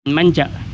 ಮಂಚ